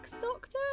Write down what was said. Doctor